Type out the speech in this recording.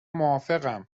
موافقم